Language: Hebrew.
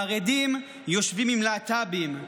חרדים יושבים עם להט"בים,